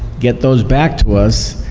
get those back to us,